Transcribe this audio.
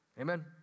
amen